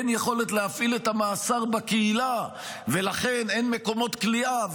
אין יכולת להפעיל את המאסר בקהילה ולכן אין מקומות כליאה.